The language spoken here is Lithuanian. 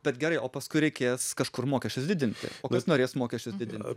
bet gerai o paskui reikės kažkur mokesčius didinti o kas norės mokesčius didinti